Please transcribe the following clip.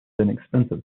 inexpensive